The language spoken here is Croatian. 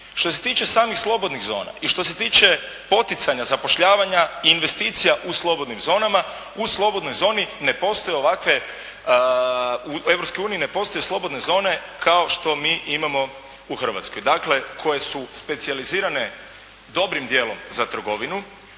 Što se tiče samih slobodnih zona i što se tiče poticanja zapošljavanja i investicija u slobodnim zonama, u slobodnoj zoni ne postoje ovakve, u Europskoj uniji ne postoje slobodne zone kao što mi imamo u Hrvatskoj, dakle koje su specijalizirane dobrim dijelom za trgovinu,